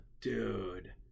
Dude